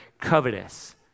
Covetous